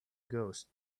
ghost